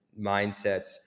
mindsets